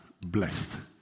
blessed